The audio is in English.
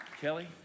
Kelly